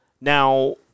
Now